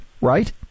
right